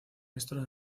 esto